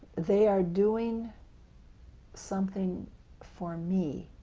they are doing something for me,